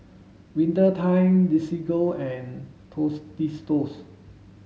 Winter Time Desigual and Tostitos